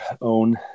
own